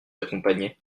accompagnait